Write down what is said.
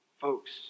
Folks